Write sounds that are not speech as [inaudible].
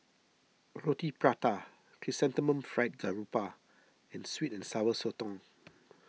Roti Prata Chrysanthemum Fried Garoupa and Sweet and Sour Sotong [noise]